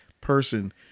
person